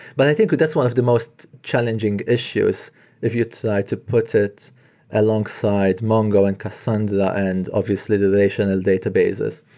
but i think that's one of the most challenging issues if you try to put it alongside mongo and cassandra and obviously, the relational databases,